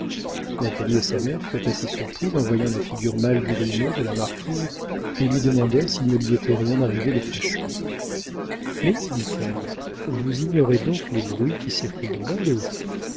natalie et sa mère furent assez surprises en voyant la figure mal grimée de la marquise et lui demandèrent s'il ne lui était rien arrivé de fâcheux mais dit-elle vous ignorez donc les bruits qui circulent dans bordeaux